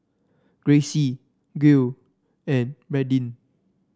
Gracie Gil and Bradyn